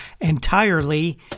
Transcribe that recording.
entirely